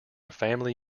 family